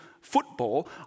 football